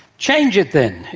change it then.